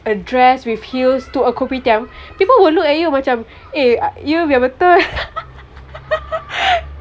a dress with heels to a kopitiam people will look at you macam eh you biar betul